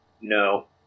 no